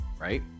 right